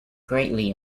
greatly